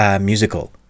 musical